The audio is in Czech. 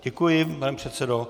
Děkuji, pane předsedo.